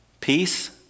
Peace